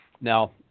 Now